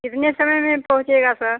कितने समय में पहुँचेगा सर